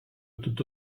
tutto